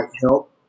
help